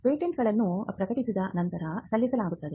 ಪೇಟೆಂಟ್ಗಳನ್ನು ಪ್ರಕಟಿಸಿದ ನಂತರ ಸಲ್ಲಿಸಲಾಗುತ್ತದೆ